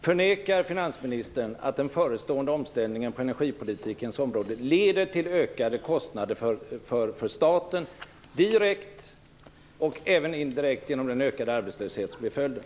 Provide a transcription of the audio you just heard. Fru talman! Förnekar finansministern att den förestående omställningen på energipolitikens område leder till ökade kostnader för staten direkt och även indirekt genom den ökade arbetslöshet som blir följden?